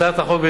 הצעת החוק,